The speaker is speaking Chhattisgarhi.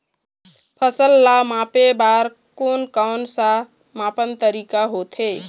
फसल ला मापे बार कोन कौन सा मापन तरीका होथे?